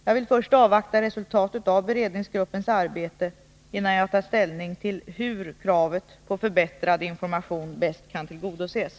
Jag vill först avvakta resultatet av beredningsgruppens arbete innan jag tar ställning till hur kravet på förbättrad information bäst kan tillgodoses.